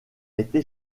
été